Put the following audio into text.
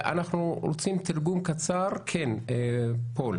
הם לומדים בטיחות במים ומגדילים את המיומנויות שלהם בשחייה.